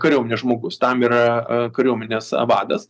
kariuomenės žmogus tam yra a kariuomenės a vadas